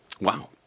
wow